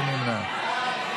מי נמנע?